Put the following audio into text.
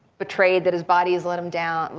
betrayed that his body has let him down.